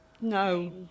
No